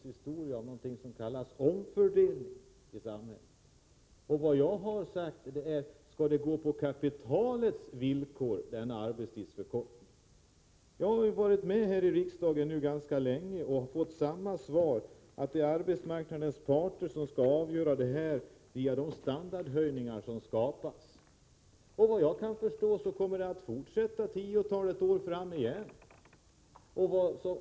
Herr talman! Det senaste är ett ganska poänglöst argument, för det handlar väl i arbetarrörelsens historia om någonting som kallas omfördelning i samhället. Vad jag har frågat är: Skall denna arbetstidsförkortning ske på kapitalets villkor? Jag har varit med här i riksdagen ganska länge och alltid fått samma svar: Det är arbetsmarknadens parter som skall avgöra detta via de standardhöjningar som skapas. Enligt vad jag kan förstå kommer det att fortsätta så tiotalet år framåt igen.